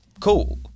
Cool